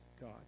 God